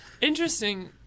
interesting